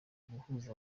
guhuza